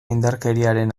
indarkeriaren